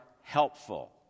Helpful